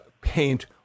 paint